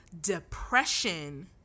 depression